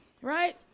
right